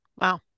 Wow